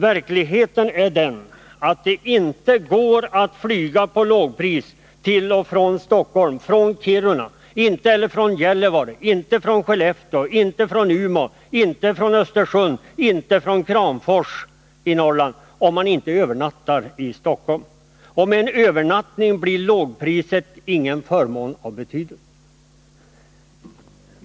Verkligheten är den att det inte går att flyga på lågpris till och från Stockholm från Kiruna, Gällivare, Skellefteå, Umeå, Östersund, Kramfors m.fl. platser i Norrland, om man inte övernattar i Stockholm. Och med en övernattning blir lågpriset ingen förmån av betydelse.